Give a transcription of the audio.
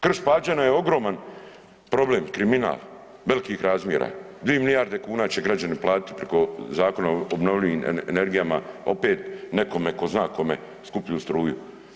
Krš Pađene je ogroman problem, kriminal, velikih razmjera, 2 milijarde kuna će građani platiti preko zakona o obnovljivim energijama opet nekome ko zna kome skuplju struju.